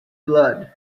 blood